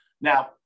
Now